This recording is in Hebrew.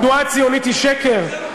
התנועה הציונית היא שקר?